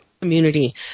community